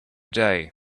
day